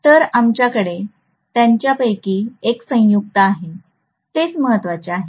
तर आमच्याकडे त्यांच्यापैकी एक संयुक्ता आहे तेच महत्वाचे आहे